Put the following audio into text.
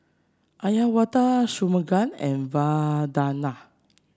Uyyalawada Shunmugam and Vandana